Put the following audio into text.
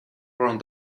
brown